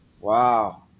Wow